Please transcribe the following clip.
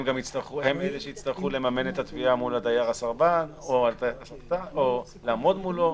הם גם אלה שיצטרכו לממן את התביעה מול הדייר הסרבן או לעמוד מולו,